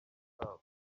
kabo